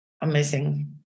amazing